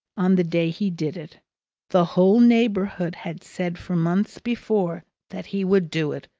on the day he did it the whole neighbourhood had said for months before that he would do it,